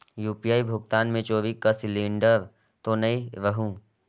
UPI भुगतान मे चोरी कर सिलिंडर तो नइ रहु?